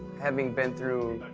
having been through,